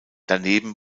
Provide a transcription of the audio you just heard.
daneben